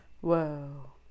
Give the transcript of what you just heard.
Whoa